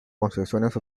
concesiones